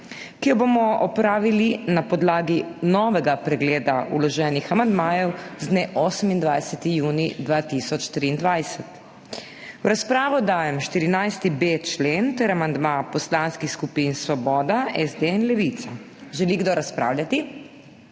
ki jo bomo opravili na podlagi novega pregleda vloženih amandmajev z dne 28. junij 2023. V razpravo dajem 14.b člen ter amandma poslanskih skupin Svoboda, SD in Levica. Želi kdo razpravljati?